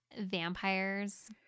vampires